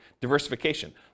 diversification